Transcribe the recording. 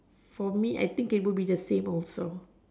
for me I think it will be the same also